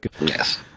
Yes